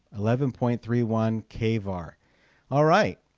eleven point three one kvar, all right